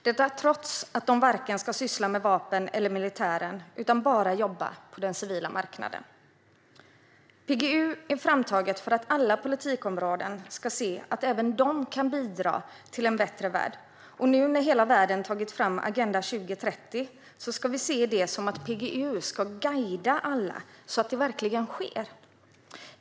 Detta har skett trots att det varken ska syssla med vapen eller militären utan bara jobba på den civila marknaden. PGU är framtaget för att alla politikområden ska se att även de kan bidra till en bättre värld. Nu när hela världen tagit fram Agenda 2030 så ska vi se det som att PGU ska guida alla så att det verkligen sker.